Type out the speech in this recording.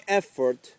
effort